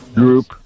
group